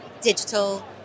digital